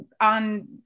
on